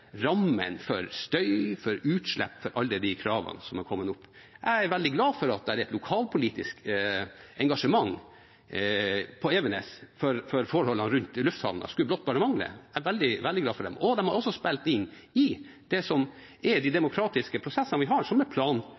for støy, for utslipp og for alle de kravene som er kommet. Jeg er veldig glad for at det er et lokalpolitisk engasjement på Evenes for forholdene rundt lufthavna – det skulle blott bare mangle. Jeg er veldig glad for det. De har også kommet med innspill i det som er de demokratiske prosessene – planverkprosessene vi har i Norge. Det er veldig bra. Dette er en